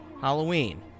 Halloween